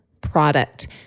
product